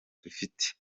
dufite